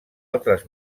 altres